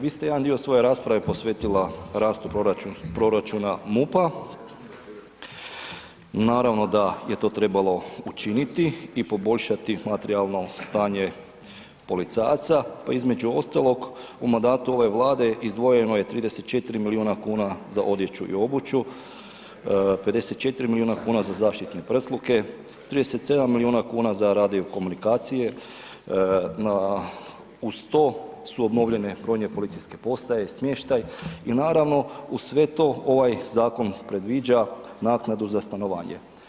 Vi ste jedan dio svoje rasprave posvetila rastu proračuna MUP-a, naravno da je to trebalo učiniti i poboljšati materijalno stanje policajaca, pa između ostalog u mandatu ove Vlade izdvojeno je 34 milijuna kuna za odjeću i obuću, 54 milijuna kuna za zaštitne prsluke, 37 milijuna kuna za radio komunikacije, uz to su obnovljene brojne policijske postaje i smještaj, i naravno uz sve to ovaj Zakon predviđa naknadu za stanovanje.